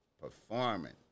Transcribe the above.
performing